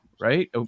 right